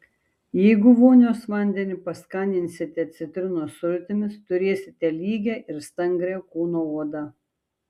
jeigu vonios vandenį paskaninsite citrinos sultimis turėsite lygią ir stangrią kūno odą